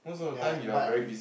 ya but